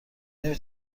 نمی